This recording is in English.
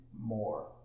more